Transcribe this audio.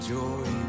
joy